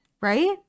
Right